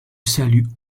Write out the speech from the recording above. salue